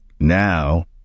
Now